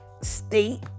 state